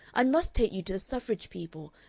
i must take you to the suffrage people,